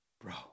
Bro